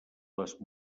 les